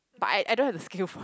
but I I don't have the skill for